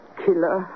killer